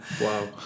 Wow